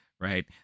right